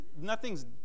Nothing's